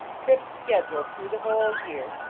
trips scheduled through the whole year,